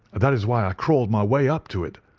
that is why i crawled my way up to it.